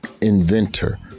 inventor